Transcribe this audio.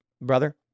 brother